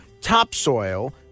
topsoil